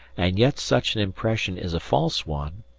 and yet such an impression is a false one,